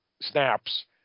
snaps